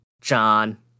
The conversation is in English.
John